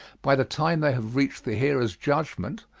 by the time they have reached the hearer's judgment,